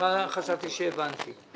בהתחלה חשבתי שהבנתי.